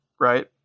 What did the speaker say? right